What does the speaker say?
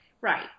Right